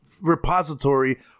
repository